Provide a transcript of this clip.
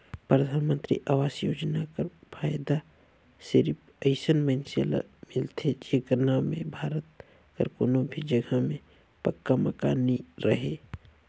परधानमंतरी आवास योजना कर फएदा सिरिप अइसन मइनसे ल मिलथे जेकर नांव में भारत कर कोनो भी जगहा में पक्का मकान नी रहें